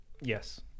Yes